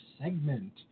segment